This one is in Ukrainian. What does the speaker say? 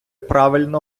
правильно